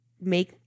make